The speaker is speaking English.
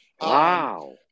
wow